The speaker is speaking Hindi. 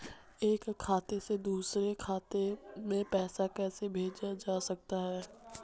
एक खाते से दूसरे खाते में पैसा कैसे भेजा जा सकता है?